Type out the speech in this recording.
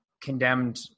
condemned